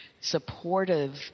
supportive